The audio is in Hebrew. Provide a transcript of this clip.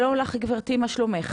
שלום לך גברתי, מה שלומך?